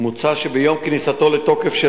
מוצע שביום כניסת החוק לתוקף,